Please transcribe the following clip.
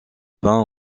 peint